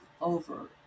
over